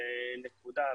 נקודה.